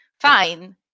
fine